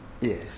yes